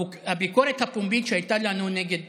הביקורת הפומבית שהייתה לנו נגד